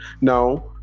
Now